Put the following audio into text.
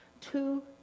Two